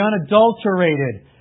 unadulterated